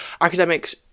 academic